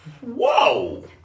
Whoa